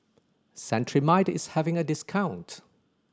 Cetrimide is having a discount